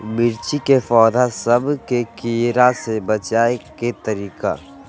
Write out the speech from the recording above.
मिर्ची के पौधा सब के कीड़ा से बचाय के तरीका?